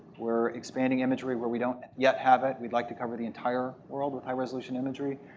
we're expanding imagery where we don't yet have it. we'd like to cover the entire world with high resolution imagery.